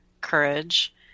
courage